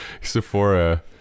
Sephora